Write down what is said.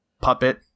puppet